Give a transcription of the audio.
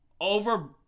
over